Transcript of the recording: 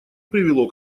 привело